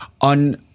on